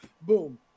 boom